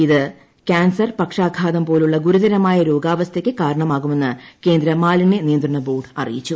ഇത് കാൻസർ പക്ഷാഘാതം പോലുള്ള ഗുരുതരമായ രോഗാവസ്ഥയ്ക്ക് കാരണമാകുമെന്ന് കേന്ദ്ര മാലിന്യ നിയന്ത്രണ ബോർഡ് അറിയിച്ചു